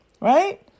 right